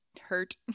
hurt